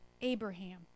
Abraham